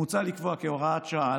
מוצע לקבוע כהוראת שעה,